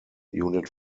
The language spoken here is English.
unit